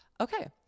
Okay